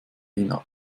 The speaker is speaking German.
ihn